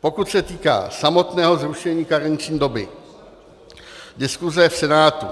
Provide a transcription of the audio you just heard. Pokud se týká samotného zrušení karenční doby, diskuse v Senátu,